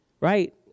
right